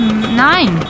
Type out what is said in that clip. Nein